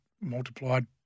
multiplied